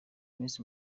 miss